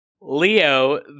Leo